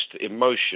emotion